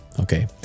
Okay